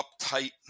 uptight